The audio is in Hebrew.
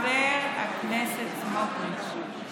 נעביר טרומית,